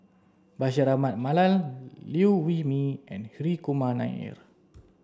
Bashir Ahmad Mallal Liew Wee Mee and Hri Kumar Nair